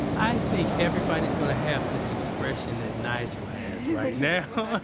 i think everybody is going to have this expression that nigel has right now.